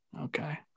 Okay